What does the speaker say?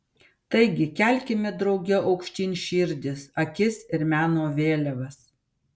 taigi kelkime drauge aukštyn širdis akis ir meno vėliavas